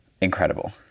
Incredible